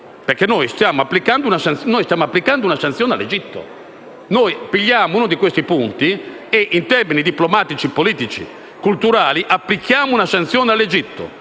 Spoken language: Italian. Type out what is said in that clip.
perché noi stiamo applicando una sanzione all'Egitto. Noi prendiamo uno di questi punti e in termini politici, diplomatici e culturali applichiamo una sanzione all'Egitto.